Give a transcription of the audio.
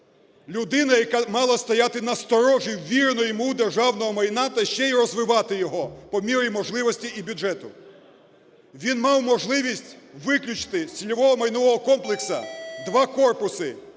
людина, яка мала стояти на сторожі ввіреного йому державного майна та ще й розвивати його по мірі можливості і бюджету? Він мав можливість виключити з тіньового майнового комплексу два корпуси